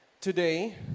today